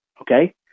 Okay